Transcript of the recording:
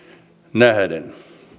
nähden